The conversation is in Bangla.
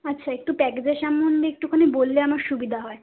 আচ্ছা একটু প্যাকেজের সম্মন্ধে একটুখানি বললে আমার সুবিধা হয়